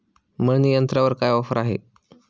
मळणी यंत्रावर काय ऑफर आहे?